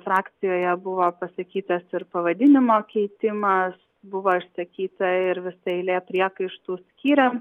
frakcijoje buvo pasakytas ir pavadinimo keitimas buvo išsakyta ir visa eilė priekaištų skyriam